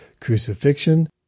Crucifixion